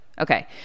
Okay